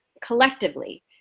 collectively